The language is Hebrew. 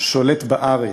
שולט בארץ.